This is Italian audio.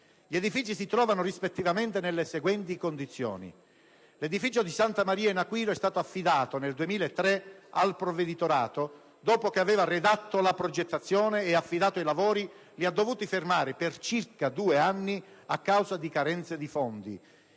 Gli edifici si trovano rispettivamente nelle seguenti condizioni: l'edificio di Santa Maria in Aquiro è stato affidato nel 2003 al Provveditorato che, dopo aver redatto la progettazione e affidato i lavori, li ha dovuti fermare per circa due anni a causa di carenza di fondi.